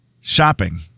Shopping